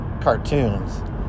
cartoons